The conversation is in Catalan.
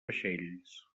vaixells